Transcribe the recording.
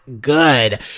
good